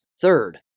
Third